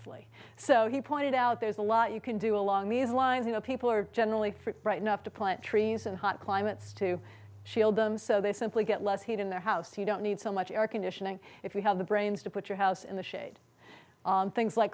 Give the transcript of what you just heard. figuratively so he pointed out there's a lot you can do along these lines you know people are generally bright nuff to plant trees in hot climates to shield them so they simply get less heat in their house you don't need so much air conditioning if you have the brains to put your house in the shade on things like